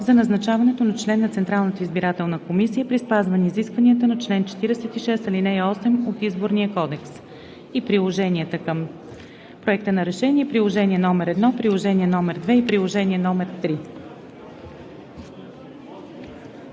за назначаването на член на Централната избирателна комисия, при спазване изискването на чл. 46, ал. 8 от Изборния кодекс. Приложенията към Проекта на решение: приложение № 1, приложение № 2 и приложение № 3.“